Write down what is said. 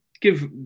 give